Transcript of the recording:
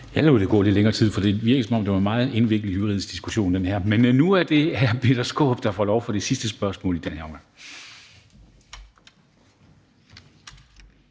Jeg lod der gå lidt længere tid, for det virkede, som om det var en meget indviklet juridisk diskussion. Men nu er det hr. Peter Skaarup, der får ordet for det sidste spørgsmål i den her omgang.